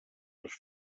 les